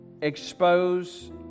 Expose